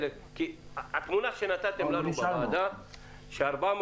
כי התמונה שנתתם לנו בוועדה היא שה-400